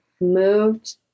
moved